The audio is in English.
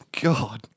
God